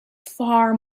far